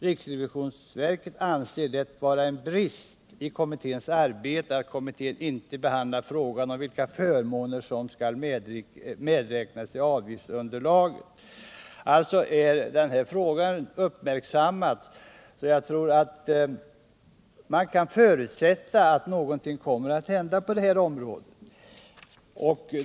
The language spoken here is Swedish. RRV anser det vara en brist i kommitténs arbete att kommittén inte behandlat frågan om vilka förmåner som skall med = Registrering vid räknas i avgiftsunderlaget.” inköp av premie Frågan har alltså uppmärksammats, så jag tror att man kan förutsätta — obligationer att någonting kommer att hända på det här området.